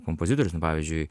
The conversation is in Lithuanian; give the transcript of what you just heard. kompozitorius nu pavyzdžiui